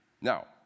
Now